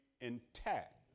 intact